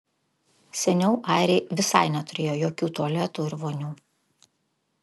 seniau airiai visai neturėjo jokių tualetų ir vonių